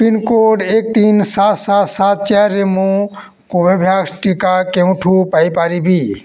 pincode ଏକ ତିନ ସାତ ସାତ ସାତ ଚାରିରେ ମୁଁ କୋଭୋଭ୍ୟାକ୍ସ୍ ଟିକା କେଉଁଠୁ ପାଇପାରିବି